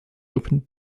open